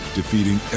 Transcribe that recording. defeating